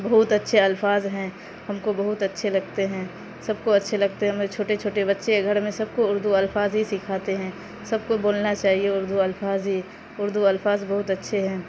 بہت اچھے الفاظ ہیں ہم کو بہت اچھے لگتے ہیں سب کو اچھے لگتے ہیں ہمیں چھوٹے چھوٹے بچے گھر میں سب کو اردو الفاظ ہی سکھاتے ہیں سب کو بولنا چاہیے اردو الفاظ ہی اردو الفاظ بہت اچھے ہیں